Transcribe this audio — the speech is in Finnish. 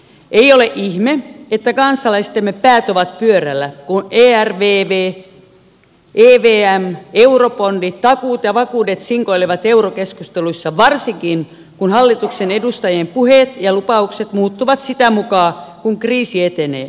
ei ole ihme että kansalaistemme päät ovat pyörällä kun ervv evm eurobondit takuut ja vakuudet sinkoilevat eurokeskusteluissa varsinkin kun hallituksen edustajien puheet ja lupaukset muuttuvat sitä mukaa kun kriisi etenee